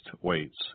weights